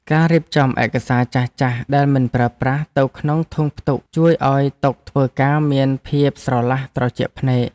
ការរៀបចំឯកសារចាស់ៗដែលមិនប្រើប្រាស់ទៅក្នុងធុងផ្ទុកជួយឱ្យតុធ្វើការមានភាពស្រឡះត្រជាក់ភ្នែក។